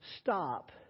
stop